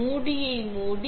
மூடியை மூடு